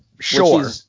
sure